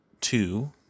two